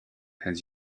has